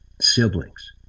siblings